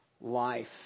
life